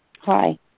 Hi